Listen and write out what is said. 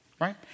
right